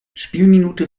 spielminute